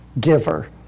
giver